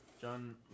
John